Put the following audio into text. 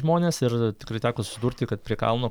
žmones ir tikrai teko susidurti kad prie kalno